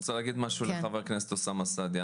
אני רוצה להגיד משהו לחבר הכנסת אוסאמה סעדי.